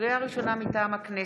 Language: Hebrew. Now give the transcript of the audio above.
לקריאה ראשונה, מטעם הכנסת,